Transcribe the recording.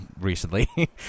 recently